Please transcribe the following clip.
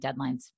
deadlines